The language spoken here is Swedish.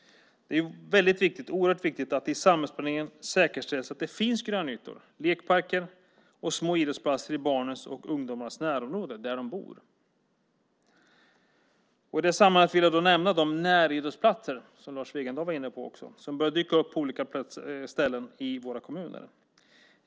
Det är oerhört viktigt att det i samhällsplaneringen säkerställs att det finns grönytor, lekparker och små idrottsplatser i barns och ungdomars närområden, där de bor. I det sammanhanget vill jag nämna de näridrottsplatser som också Lars Wegendal var inne på och som börjar dyka upp på olika ställen i våra kommuner.